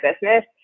business